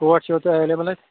کوٹ چھِو تۄہہِ اٮ۪ولیبٕل اَتہِ